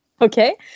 Okay